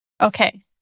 Okay